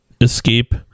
Escape